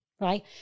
Right